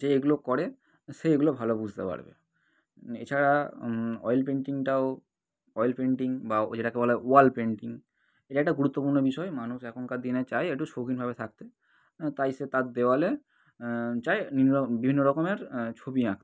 যে এগুলো করে সে এগুলো ভালো বুঝতে পারবে এছাড়া অয়েল পেন্টিংটাও অয়েল পেন্টিং বা ওই যেটাকে বলা হয় ওয়াল পেন্টিং এটা একটা গুরুত্বপূর্ণ বিষয়ে মানুষ এখনকার দিনে চায় একটু শৌখিনভাবে থাকতে তাই সে তার দেওয়ালে চায় নানা বিভিন্ন রকমের ছবি আঁকতে